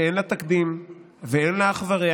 שאין לה תקדים ואין לה אח ורע,